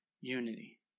unity